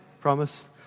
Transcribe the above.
promise